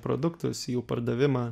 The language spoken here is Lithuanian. produktus jų pardavimą